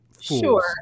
sure